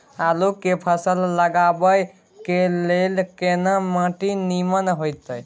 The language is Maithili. आलू के फसल लगाबय के लेल केना माटी नीमन होयत?